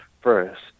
first